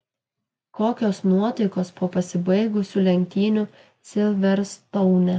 kokios nuotaikos po pasibaigusių lenktynių silverstoune